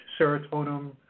serotonin